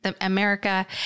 America